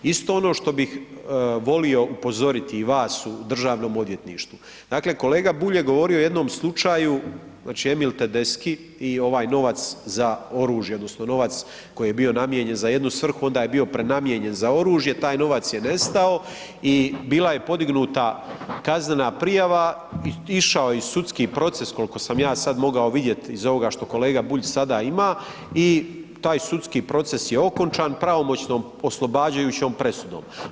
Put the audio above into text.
Isto ono što bih volio upozoriti i vas u Državnom odvjetništvu, dakle kolega Bulj govorio o jednom slučaju, znači Emil Tedeschi i ovaj novac za oružje odnosno novac koji je bio namijenjen za jednu svrhu onda je bio prenamijenjen za oružje, taj novac je nestao i bila je podignuta kaznena prijava i išao je sudski proces koliko sam ja sad mogao vidjeti iz ovoga što kolega Bulj sada ima i taj sudski proces je okončan pravomoćnom oslobađajućom presudom.